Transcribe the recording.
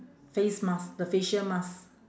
face mask the facial mask